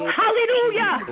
hallelujah